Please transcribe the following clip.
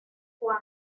juan